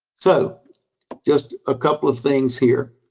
so just a couple of things here.